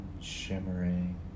shimmering